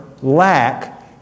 lack